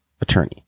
attorney